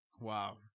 Wow